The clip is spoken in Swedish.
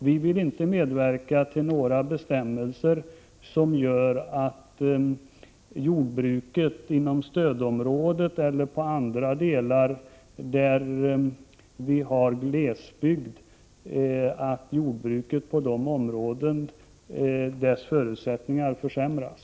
Vi vill inte medverka till några bestämmelser som skulle medföra att förutsättningarna för jordbruket inom stödområdet eller i andra delar av landet där vi har glesbygd försämras.